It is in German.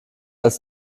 als